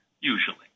Usually